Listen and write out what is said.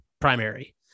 primary